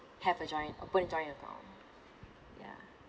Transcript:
have a joint open a joint account yeah